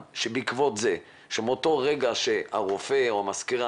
שבעקבות זה שמאותו רגע הרופא או המזכירה,